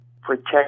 protect